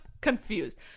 confused